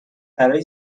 برای